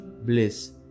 bliss